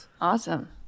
Awesome